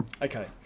okay